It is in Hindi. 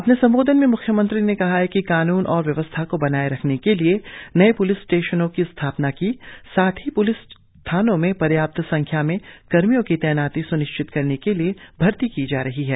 अपने संबोधन में मुख्यमंत्री ने कहा कि कानून और व्यवस्था को बनाए रखने के लिए नए प्लिस स्टेशनों की स्थापना की साथ ही प्लिस थानों में पर्याप्त संख्या में कर्मियों की तैनाती स्निश्चित करने के लिए भर्ती की जा रही है